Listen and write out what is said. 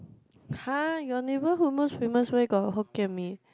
[huh] your neighbourhood most famous where got Hokkien Mee